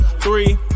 Three